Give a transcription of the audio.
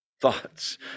thoughts